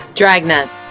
Dragnet